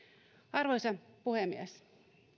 arvoisa puhemies